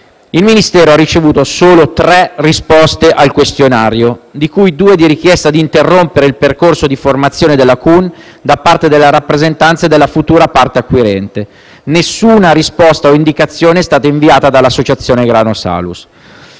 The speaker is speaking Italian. Il Ministero ha ricevuto solo tre risposte al questionario, due delle quali contenenti la richiesta d'interrompere il percorso di formazione della CUN da parte delle rappresentanze della futura parte acquirente, nessuna risposta o indicazione invece, è stata inviata dall'associazione GranoSalus.